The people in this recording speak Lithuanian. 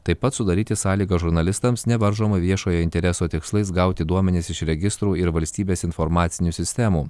taip pat sudaryti sąlygas žurnalistams nevaržomai viešojo intereso tikslais gauti duomenis iš registrų ir valstybės informacinių sistemų